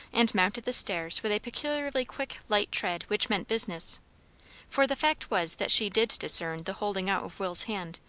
and mounted the stairs with a peculiarly quick, light tread which meant business for the fact was that she did discern the holding out of will's hand,